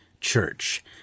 church